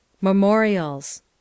MEMORIALS